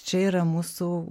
čia yra mūsų